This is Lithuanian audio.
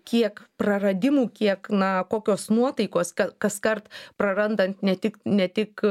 kiek praradimų kiek na kokios nuotaikos ka kaskart prarandant ne tik ne tik